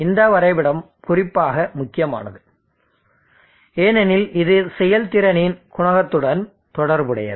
இந்த வரைபடம் குறிப்பாக முக்கியமானது ஏனெனில் இது செயல்திறனின் குணகத்துடன் தொடர்புடையது